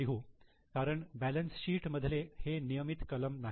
लिहू कारण balance sheet मधले हे नियमित कलम नाही